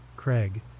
Craig